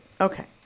Okay